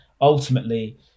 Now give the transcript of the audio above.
ultimately